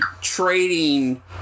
trading